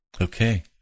okay